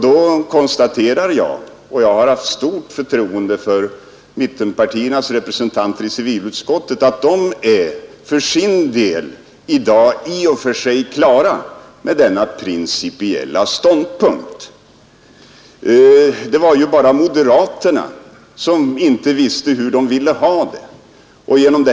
Då konstaterar jag — och jag har på den punkten förtroende för mittenpartiernas representanter i civilutskottet — att de för sin del i dag i och för sig är klara med denna principiella ståndpunkt och att det bara är moderaterna som inte visste hur de vill ha det.